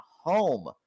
home